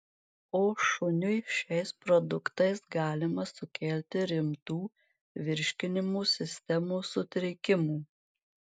o šuniui šiais produktais galima sukelti rimtų virškinimo sistemos sutrikimų